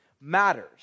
matters